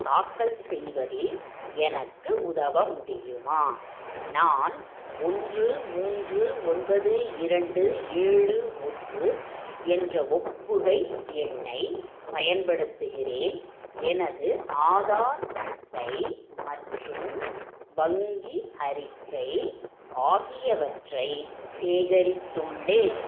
தாக்கல் செய்வதில் எனக்கு உதவ முடியுமா நான் ஒன்று மூன்று ஒன்பது இரண்டு ஏழு ஒன்று என்ற ஒப்புகை எண்ணை பயன்படுத்துகிறேன் எனது ஆதார் அட்டை மற்றும் வங்கி அறிக்கை ஆகியவற்றை சேகரித்துள்ளேன்